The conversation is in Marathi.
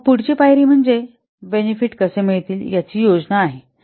मग पुढची पायरी म्हणजे बेनेफिट कसे मिळतील याची योजना आहे